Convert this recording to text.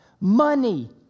Money